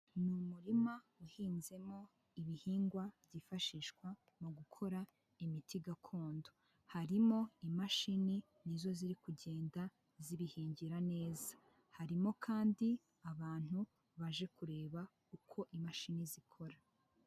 Ni umurima uhinzemo ibihingwa byifashishwa mu gukora imiti gakondo. Harimo imashini nizo ziri kugenda zibihingira neza, harimo kandi abantu baje kureba uko imashini zikora.